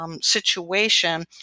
situation